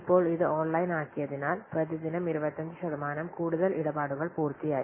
ഇപ്പോൾ ഇത് ഓൺലൈനാക്കിയതിനാൽ പ്രതിദിനം 25 ശതമാനം കൂടുതൽ ഇടപാടുകൾ പൂർത്തിയായി